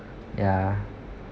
ya